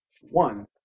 One